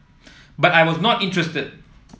but I was not interested